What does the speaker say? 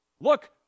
look